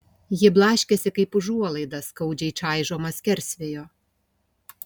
ji blaškėsi kaip užuolaida skaudžiai čaižoma skersvėjo